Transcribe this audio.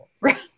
Right